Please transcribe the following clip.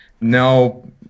No